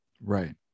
right